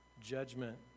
judgment